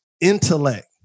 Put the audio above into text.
intellect